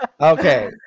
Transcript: Okay